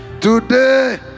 Today